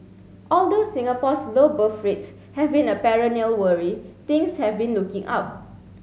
although Singapore's low birth rates have been a perennial worry things have been looking up